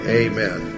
amen